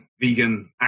vegan